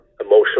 emotional